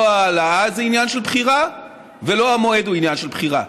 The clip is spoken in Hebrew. לא ההעלאה זה עניין של בחירה ולא המועד הוא עניין של בחירה,